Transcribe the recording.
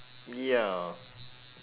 ya